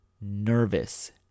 nervous